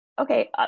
okay